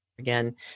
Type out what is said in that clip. again